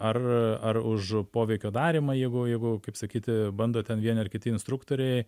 ar ar už poveikio darymą jeigu jeigu kaip sakyti bando ten vieni ar kiti instruktoriai